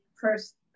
first